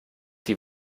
die